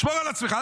שמור על עצמך,